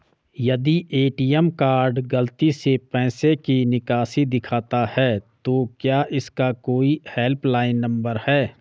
यदि ATM card गलती से पैसे की निकासी दिखाता है तो क्या इसका कोई हेल्प लाइन नम्बर है?